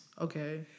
Okay